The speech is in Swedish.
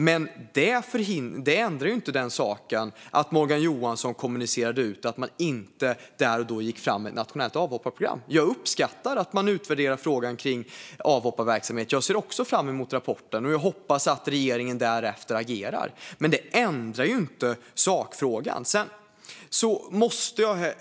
Men det ändrar inte den saken att Morgan Johansson kommunicerade ut att man där och då inte gick fram med ett nationellt avhopparprogram. Jag uppskattar att man utvärderar frågan kring avhopparverksamhet. Jag ser också fram emot rapporten, och jag hoppas att regeringen därefter agerar. Men det ändrar inte sakfrågan. Herr talman!